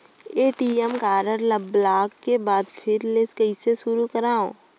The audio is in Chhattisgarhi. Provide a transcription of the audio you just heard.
ए.टी.एम कारड ल ब्लाक के बाद फिर ले कइसे शुरू करव?